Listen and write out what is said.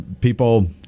people